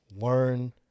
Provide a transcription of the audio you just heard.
learn